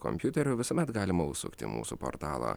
kompiuterių visuomet galima užsukti į mūsų portalą